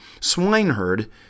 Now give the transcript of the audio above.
swineherd